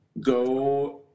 go